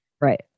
Right